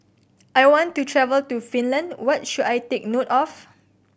I want to travel to Finland what should I take note of